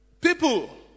People